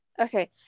Okay